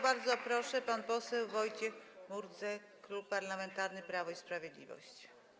Bardzo proszę, pan poseł Wojciech Murdzek, Klub Parlamentarny Prawo i Sprawiedliwość.